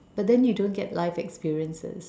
but then you don't get life experiences